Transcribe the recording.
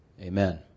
Amen